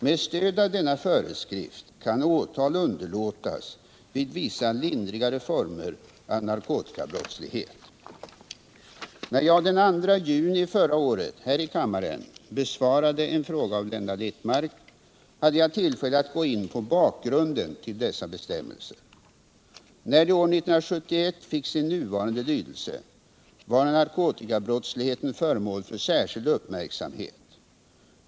Med stöd av denna föreskrift kan åtal underlåtas vid vissa lindrigare former av narkotikabrottslighet. När jag den 2 juni förra året här i kammaren besvarade en fråga av Blenda Littmarck, hade jag tillfälle att gå in på bakgrunden till dessa bestämmelser. När de år 1971 fick sin nuvarande lydelse, var narkotikabrottsligheten föremål för särskild uppmärksamhet.